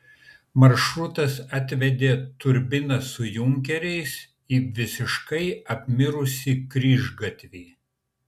maršrutas atvedė turbiną su junkeriais į visiškai apmirusį kryžgatvį